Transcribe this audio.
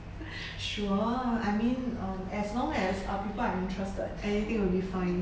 sure I mean uh as long as our people are interested anything will be fine